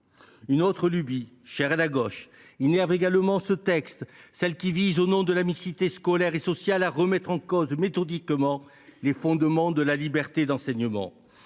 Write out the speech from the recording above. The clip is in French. Une autre lubie chère à la gauche innerve également ce texte : celle qui vise, au nom de la mixité scolaire et sociale, à remettre méthodiquement en cause les fondements de la liberté de l’enseignement.